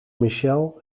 michel